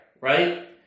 right